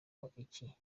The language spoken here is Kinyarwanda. giterane